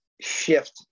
shift